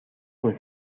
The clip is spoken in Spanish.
con